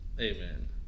Amen